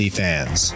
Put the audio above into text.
fans